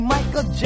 Michael